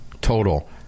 total